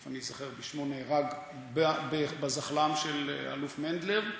תכף אני אזכר בשמו, נהרג בזחל"ם של האלוף מנדלר,